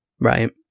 Right